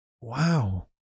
wow